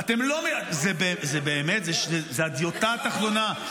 זה באמת, זו הדיוטה התחתונה.